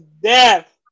death